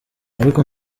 ariko